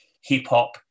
hip-hop